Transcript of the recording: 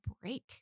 break